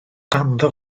ganddo